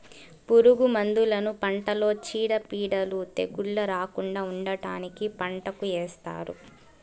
పురుగు మందులను పంటలో చీడపీడలు, తెగుళ్ళు రాకుండా ఉండటానికి పంటకు ఏస్తారు